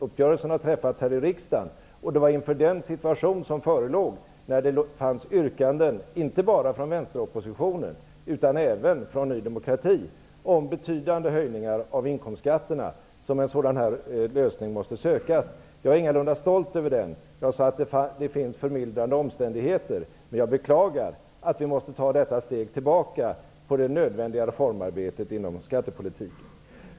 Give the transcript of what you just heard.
Uppgörelsen har träffats här i riksdagen, och det var inför den situation som förelåg när det fanns yrkanden inte bara från vänsteroppositionen utan även från Ny demokrati om betydande höjningar av inkomstskatterna som en sådan lösning måste sökas. Jag är ingalunda stolt över den. Jag sade att det fanns förmildrande omständigheter, och jag beklagade att vi måste ta detta steg tillbaka för det nödvändiga reformarbetet inom skattepolitiken.